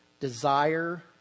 desire